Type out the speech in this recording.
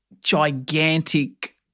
gigantic